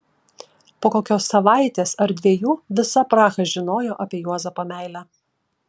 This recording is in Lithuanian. po kokios savaitės ar dviejų visa praha žinojo apie juozapo meilę